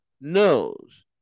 knows